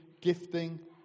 gifting